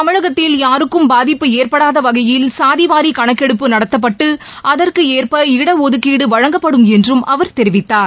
தமிழகத்தில் யாருக்கும் பாதிப்பு ஏற்படாத வகையில் சாதிவாரி கணக்கெடுப்பு நடத்தப்பட்டு அகற்கு ஏற்ப இடஒதுக்கீடு வழங்கப்படும் என்றும் அவர் தெரிவித்தார்